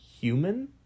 human